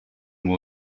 will